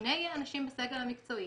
משני אנשים בסגל המקצועי,